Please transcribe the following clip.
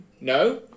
No